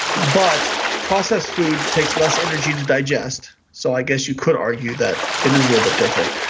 but processed food takes less energy to digest so i guess you could argue that it is a little bit different.